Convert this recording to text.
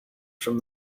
from